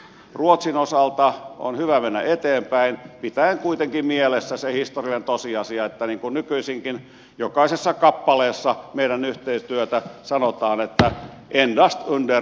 ruotsin osalta on hyvä mennä eteenpäin pitäen kuitenkin mielessä se historiallinen tosiasia että niin kuin nykyisinkin jokaisessa kappaleessa meidän yhteistyötä sanotaan että endast under fredstiden